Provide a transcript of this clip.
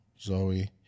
Zoe